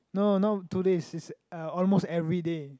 no no two days it's uh almost everyday